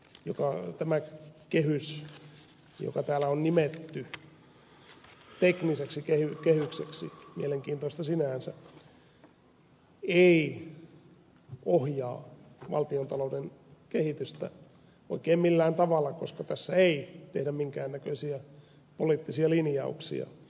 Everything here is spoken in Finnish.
nimittäin tämä kehys joka täällä on nimetty tekniseksi kehykseksi mielenkiintoista sinänsä ei ohjaa valtiontalouden kehitystä oikein millään tavalla koska tässä ei tehdä minkään näköisiä poliittisia linjauksia